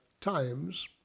times